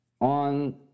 on